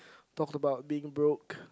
talk about being broke